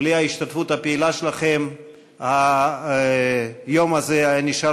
בלי ההשתתפות הפעילה שלכם היום הזה היה נשאר